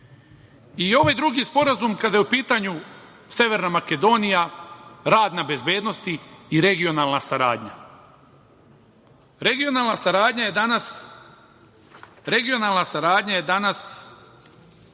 i ovaj drugi sporazum kada je u pitanju Severna Makedonija, rad na bezbednosti i regionalna saradnja. Regionalna saradnja je danas